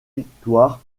victoires